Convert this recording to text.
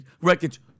wreckage